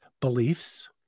beliefs